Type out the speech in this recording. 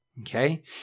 okay